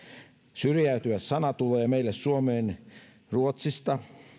syrjäytyä sana on työmarkkinasana se tulee meille suomeen ruotsista